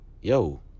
Yo